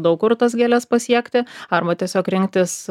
daug kur tas gėles pasiekti arba tiesiog rinktis